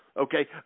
Okay